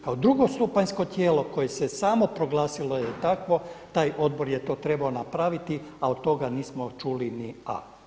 Kao drugostupanjsko tijelo koje se samo proglasilo je takvo taj Odbor je to trebao napraviti, a od toga nismo čuli ni a.